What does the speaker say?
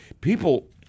People